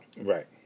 Right